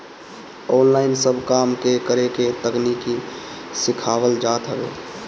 online सब काम के करे के तकनीकी सिखावल जात हवे